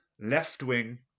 left-wing